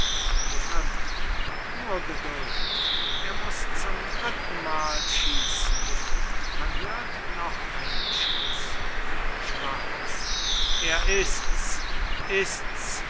grimm nur geduld er muß zum drittenmal schiessen man hört noch einen schuß schwarz er ist's ist's